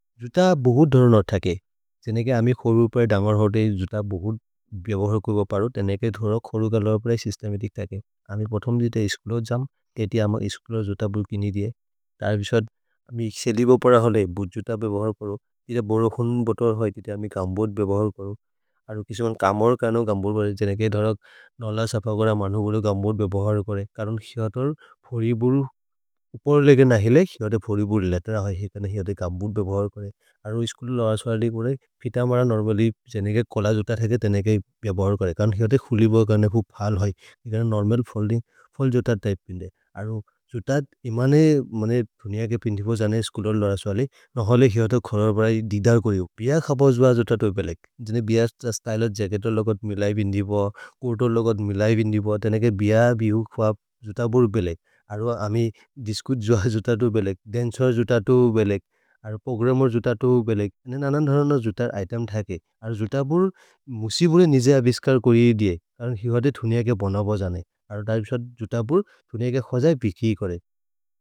जुत बहुत् धरन् न थके, जेनेके अमि खोरु प्रए दमर् होते जुत बहुत् बेभहर् करो परो। तेनेके धरक् खोरु कलोर् प्रए सिस्तमितिक् थके अमि पोथम् जिते इस्कुलो जम्, केति अम इस्कुलो जुत बुरु किनि दिये। तर् विशद् अमि क्सेदिबोपर हले बुर् जुत बेभहर् करो जित बोरोहुन् बोतर् होइ, तेते अमि गम्बुद् बेभहर् करो। अरु किसुमन् कमर् कनो गम्बुद् बेभहर् करे। जेनेके धरक् नल सप गर मन्हु बुरु गम्बुद् बेभहर् करे करो हिहतर् फोरि बुरु उपर् लेगे नहिले। हिहतर् फोरि बुरु लतेर होइ। हिहतर् गम्बुद् बेभहर् करे अरु इस्कुलो लरस्वलि मुरे फितमर नोर्मलि जेनेके कोल जुत थके। तेनेके बेभहर् करे, करो हिहतर् खुलि बुरु कर्ने फु फल् होइ हिहतर् नोर्मल् फोल्दिन्ग्। फल् जुत त्य्पे पिन्दे। अरु जुत इमने मन्हे धुनिअ के पिन्दिपो जने इस्कुलो लरस्वलि नहोले हिहतर् खोरु प्रए दिदर् कोरि होइ, भिय खप जुत तोबे लेगे। जेने भिय स्त्य्लो जच्केतो लोगत् मिलै बिन्दिपो, कुर्तो लोगत् मिलै बिन्दिपो तेनेके भिय, भिउख्व। जुत बुरु बेलेगे। अरु अमि दिस्चुस्सिओन् जुत तोबे लेगे, दन्चेर् जुत तोबे लेगे। अरु प्रोग्रम्मेर् जुत तोबे लेगे जेने ननन् धरनर् जुत इतेम् थके। अरु जुत बुरु मुसिबुरे निजे अभिस्कर् कोरिये दिए। करो हिहतर् धुनिअ के बोनबो जने अरु त्य्पे शोद् जुत बुरु धुनिअ के ख्वज हि बिकिये करे।